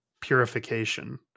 purification